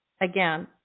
again